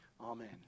Amen